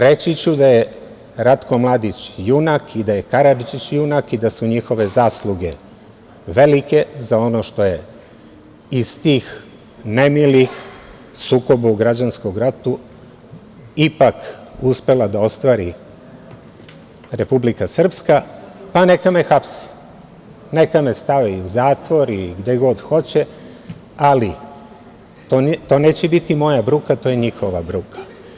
Reći ću da je Ratko Mladić junak i da je Karadžić junak i da su njihove zasluge velike za ono što je iz tih nemilih sukoba u građanskom ratu ipak uspela da ostvari Republika Srpska, pa neka me hapse, neka me stave i u zatvor i gde god hoće, ali to neće biti moja bruka, to je njihova bruka.